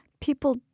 people